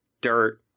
dirt